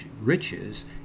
riches